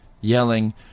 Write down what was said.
yelling